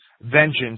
Vengeance